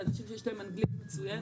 הם אנשים שיש להם אנגלית מצוינת.